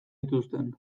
zituzten